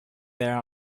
there